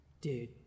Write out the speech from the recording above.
dude